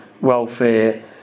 welfare